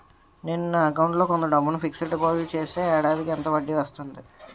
నేను నా అకౌంట్ లో కొంత డబ్బును ఫిక్సడ్ డెపోసిట్ చేస్తే ఏడాదికి ఎంత వడ్డీ వస్తుంది?